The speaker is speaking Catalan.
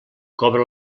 cobra